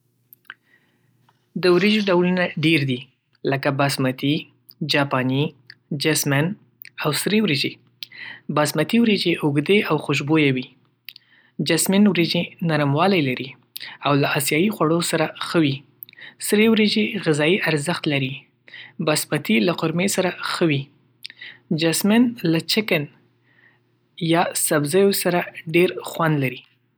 د وريجو ډولونه ډېر دي لکه باسمتي، جاپاني، جېسمن او سری وريجې. باسمتي وريجې اوږدې او خوشبویه وي. جېسمن وريجې نرموالی لري او له آسیايي خوړو سره ښه وي. سری وريجې غذایي ارزښت لري. باسمتي له قورمې سره ښه وي. جېسمن له چکن یا سبزیو سره ډېر خوند لري.